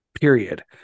period